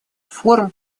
форм